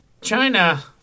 China